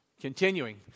Continuing